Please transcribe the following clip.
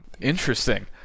Interesting